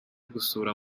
gusura